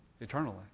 eternally